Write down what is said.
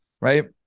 right